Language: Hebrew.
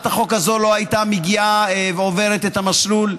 החוק הזו לא הייתה מגיעה ועוברת את המסלול לכאן.